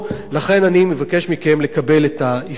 לכן אני מבקש מכם לקבל את ההסתייגויות.